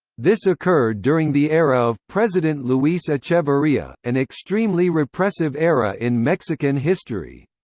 this occurred during the era of president luis echeverria, an extremely repressive era in mexican history.